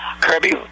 Kirby